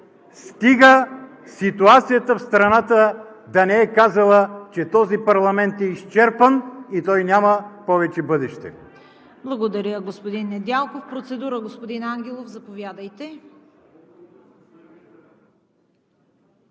стига ситуацията в страната да не е казала, че този парламент е изчерпан и той няма повече бъдеще.